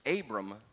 Abram